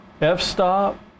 f-stop